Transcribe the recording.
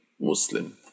Muslim